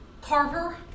Carver